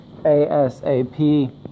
ASAP